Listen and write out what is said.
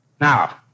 Now